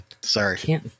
Sorry